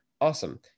Awesome